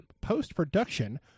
post-production